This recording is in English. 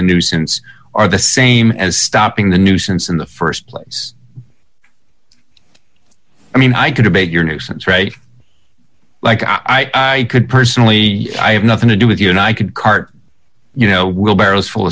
the nuisance are the same as stopping the nuisance in the st place i mean i could have made your nuisance right like i could personally i have nothing to do with you and i could cart you know will barrels full